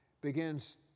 begins